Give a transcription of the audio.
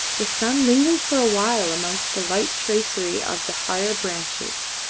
the sun lingered for a while amongst the light tracery of the higher branches,